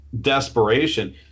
desperation